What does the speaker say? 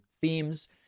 themes